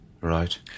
Right